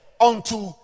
unto